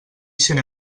ixen